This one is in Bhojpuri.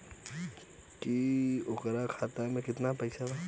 की ओकरा खाता मे कितना पैसा बा?